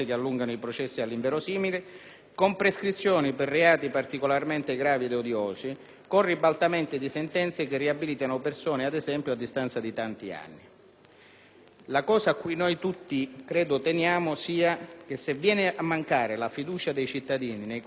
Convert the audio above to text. con prescrizioni per reati particolarmente gravi e odiosi, con ribaltamenti di sentenze che riabilitano persone, ad esempio, a distanza di tanti anni. Credo tutti siamo convinti che se viene a mancare la fiducia dei cittadini nei confronti